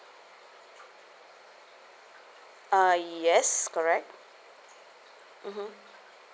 uh yes correct mmhmm